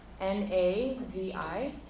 N-A-V-I